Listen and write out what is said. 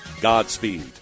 Godspeed